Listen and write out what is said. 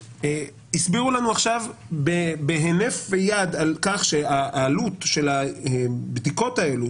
הסבירו לנו עכשיו בהינף יד על כך שהעלות של הבדיקות האלה,